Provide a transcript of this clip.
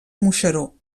moixeró